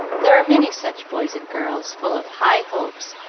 there are many such boys and girls, full of high hopes,